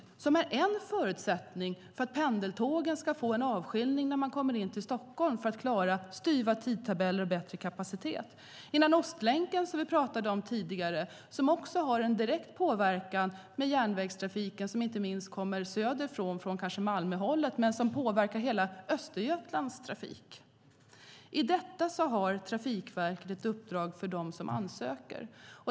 Citybanan är en förutsättning för att pendeltågen ska få en avskiljning när de kommer in till Stockholm och därmed klara styva tidtabeller och få bättre kapacitet. Vi pratade tidigare om Ostlänken, som har en direkt påverkan på järnvägstrafiken, inte minst den som kommer söderifrån, och som påverkar hela Östergötlands trafik. Trafikverket har ett uppdrag för dem som ansöker.